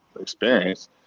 experience